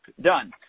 done